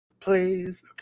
Please